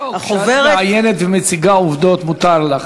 לא,